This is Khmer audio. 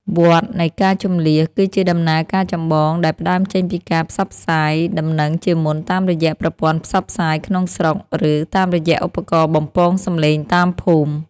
វដ្តនៃការជម្លៀស គឺជាដំណើរការចម្បងដែលផ្តើមចេញពីការផ្សព្វផ្សាយដំណឹងជាមុនតាមរយៈប្រព័ន្ធផ្សព្វផ្សាយក្នុងស្រុក ឬតាមរយៈឧបករណ៍បំពងសំឡេងតាមភូមិ។